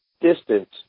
distance